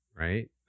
right